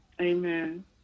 Amen